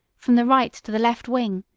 from the right to the left wing,